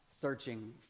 searching